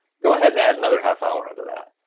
go ahead and add another half hour on to that,